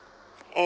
and